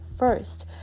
first